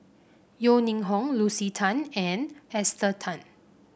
Yeo Ning Hong Lucy Tan and Esther Tan